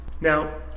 Now